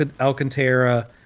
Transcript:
Alcantara